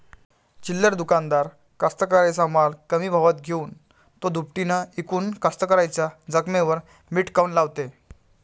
चिल्लर दुकानदार कास्तकाराइच्या माल कमी भावात घेऊन थो दुपटीनं इकून कास्तकाराइच्या जखमेवर मीठ काऊन लावते?